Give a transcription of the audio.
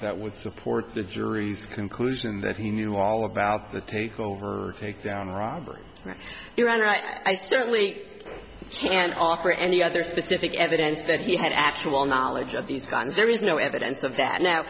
that would support the jury's conclusion that he knew all about the takeover takedown robbery and your honor i certainly can't offer any other specific evidence that he had actual knowledge of these guns there is no evidence of that now